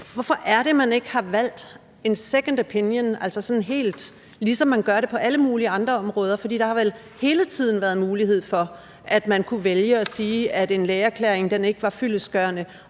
Hvorfor er det, man ikke har valgt en second opinion, altså ligesom man gør det på alle mulige andre områder? Der har vel hele tiden været mulighed for, at man kunne vælge at sige, at en lægeerklæring ikke var fyldestgørende,